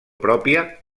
pròpia